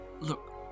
Look